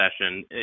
session